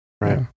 right